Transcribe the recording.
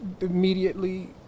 immediately